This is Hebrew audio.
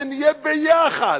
שנהיה ביחד.